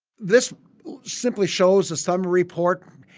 this simply shows a summary report.